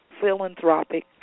philanthropic